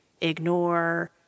ignore